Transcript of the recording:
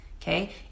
okay